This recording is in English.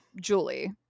Julie